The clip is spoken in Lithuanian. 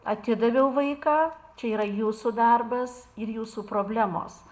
atidaviau vaiką čia yra jūsų darbas ir jūsų problemos